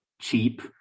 cheap